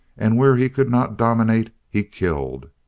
and where he could not dominate he killed.